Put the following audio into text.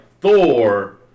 Thor